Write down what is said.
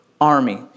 army